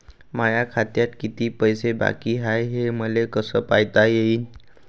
माया खात्यात कितीक पैसे बाकी हाय हे मले कस पायता येईन?